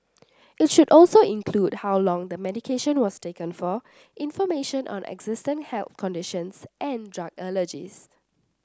it should also include how long the medication was taken for information on existing health conditions and drug allergies